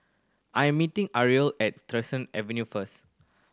I am meeting Ariel at Avenue first